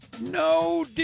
No